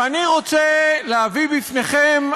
ואני רוצה להביא בפניכם,